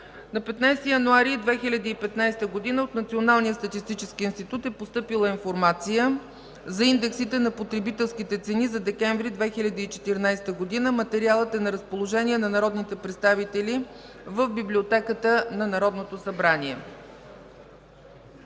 На 15 януари 2015 г. от Националния статистически институт е постъпила „Информация за индексите на потребителските цени за декември 2014 г.”. Материалът е на разположение на народните представители в Библиотеката на Народното събрание.